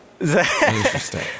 Interesting